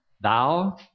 Thou